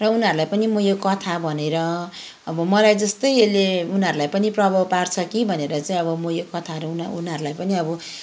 र उनीहरूलाई पनि यो कथा भनेर अब मलाई जस्तै यसले उनीहरूलाई पनि प्रभाव पार्छ कि भनेर चाहिँ अब म यो कथाहरू उना उनीहरूलाई पनि अब